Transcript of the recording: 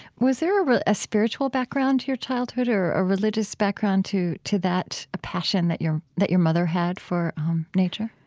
was there ah a spiritual background to your childhood, or a religious background to to that passion that your that your mother had for nature?